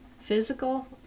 physical